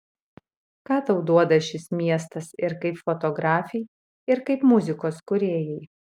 ką tau duoda šis miestas ir kaip fotografei ir kaip muzikos kūrėjai